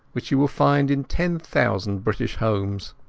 which you will find in ten thousand british homes.